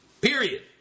Period